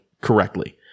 correctly